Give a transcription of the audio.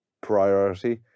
priority